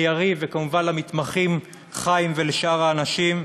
ליריב, וכמובן למתמחים, חיים, ושאר האנשים.